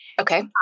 Okay